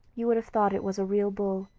you would have thought it was a real bull,